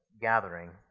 gathering